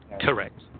Correct